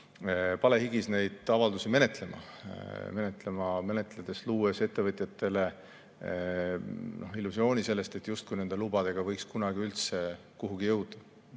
palehigis neid avaldusi menetlema, luues ettevõtjatele illusiooni, justkui nende lubadega võiks kunagi üldse kuhugi jõuda.